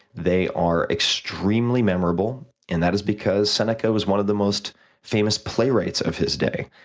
they are extremely memorable and that is because seneca was one of the most famous playwrights of his day.